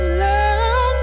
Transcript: love